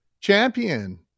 champion